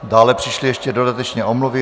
Dále přišly ještě dodatečně omluvy.